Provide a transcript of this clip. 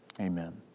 Amen